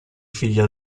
figlia